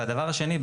והדבר השני,